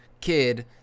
kid